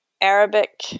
Arabic